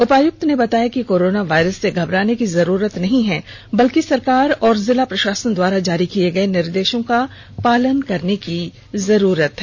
उपायुक्त ने बताया है कि कोरोना वायरस से घबराने की जरूरत नहीं है बल्कि सरकार और जिला प्रषासन द्वारा जारी किए गए निर्देषों को पालन करने की जरूरत है